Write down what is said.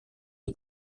les